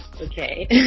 okay